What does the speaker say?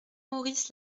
maurice